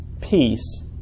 peace